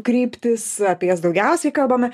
kryptys apie jas daugiausiai kalbame